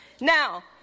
Now